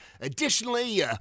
Additionally